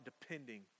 depending